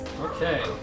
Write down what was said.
Okay